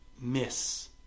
miss